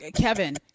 Kevin